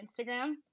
Instagram